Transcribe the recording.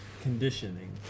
conditioning